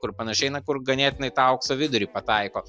kur panašiai na kur ganėtinai tą aukso vidurį pataiko